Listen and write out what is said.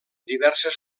diverses